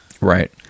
Right